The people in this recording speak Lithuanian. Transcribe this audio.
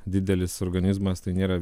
didelis organizmas tai nėra